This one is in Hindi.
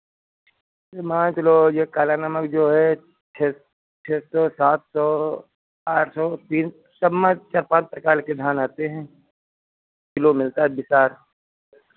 जैसे मान के चलो ये काला नमक जो है छह छह सौ सात सौ आठ सौ तीन सब में चार पाँच प्रकार के धान आते हैं किलो मिलता है बिसार